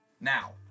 Now